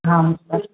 आम् अस्तु